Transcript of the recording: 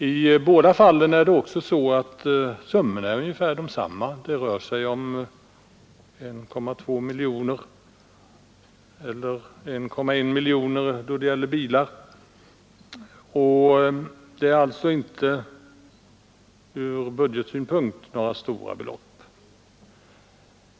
I båda fallen är också summorna ungefär desamma; det rör sig om 1,1 eller 1,2 miljoner kronor. Det är alltså inte ur budgetsynpunkt några stora belopp.